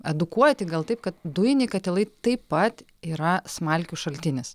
edukuoti gal taip kad dujiniai katilai taip pat yra smalkių šaltinis